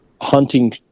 hunting